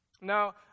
Now